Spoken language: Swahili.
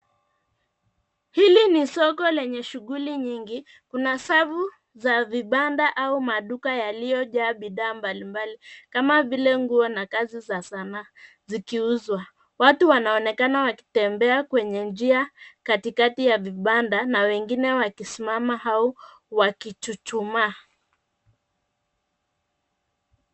Hili ni soko lenye shughuli nyingi kuna safu za vibanda au maduko yaliyonjaa biddhaa mbali mbali kama vile nguo na kazi za sanaa zikiuzwa. Watu wanaonekana wakitembea kwenye njia kati kati ya vibada na wengine wakisimama au wakichuchumaa